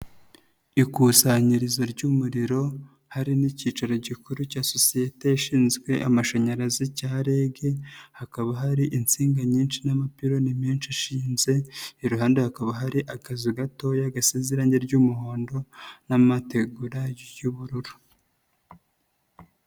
Ikusanyirizo ry'umuriro hari n'ikicaro gikuru cya sosiyete ishinzwe amashanyarazi cya REG, hakaba hari insinga nyinshi n'amapironi menshi ashinze iruhande. Hakaba hari akazu gatoya gasize irangi ry'umuhondo n'amategura y'ubururu.